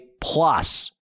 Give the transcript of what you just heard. plus